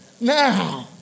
Now